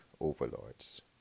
overlords